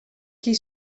qui